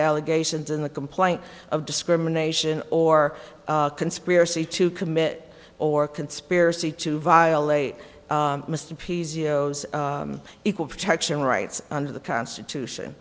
allegations in the complaint of discrimination or conspiracy to commit or conspiracy to violate the equal protection rights under the constitution